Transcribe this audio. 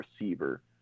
receiver